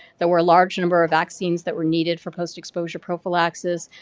there were large number of vaccines that were needed for post-exposure prophylaxis.